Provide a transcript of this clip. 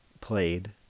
played